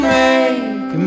make